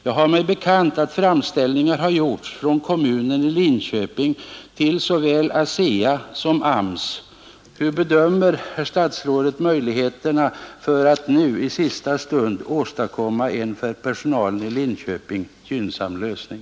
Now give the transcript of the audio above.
Jag har mig bekant att framställningar har gjorts från kommunen i Linköping till såväl ASEA som AMS. Hur bedömer herr statsrådet möjligheterna för att nu i sista stund åstadkomma en för personalen i Linköping gynnsam lösning?